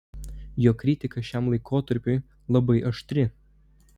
jo kritika šiam laikotarpiui labai aštri